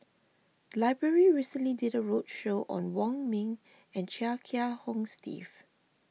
the library recently did a roadshow on Wong Ming and Chia Kiah Hong Steve